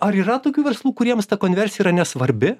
ar yra tokių verslų kuriems ta konversija yra nesvarbi